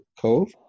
cove